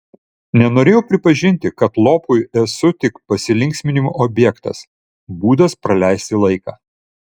nenorėjau pripažinti kad lopui esu tik pasilinksminimo objektas būdas praleisti laiką